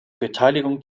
beteiligung